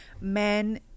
men